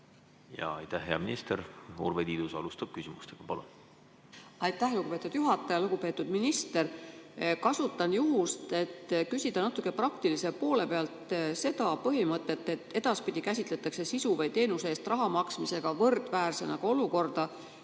Aitäh, hea minister! Urve Tiidus alustab küsimustega. Palun! Aitäh, lugupeetud juhataja! Lugupeetud minister! Kasutan juhust, et küsida natuke praktilise poole pealt selle põhimõtte kohta, et edaspidi käsitatakse sisu või teenuse eest raha maksmisega võrdväärsena olukorda,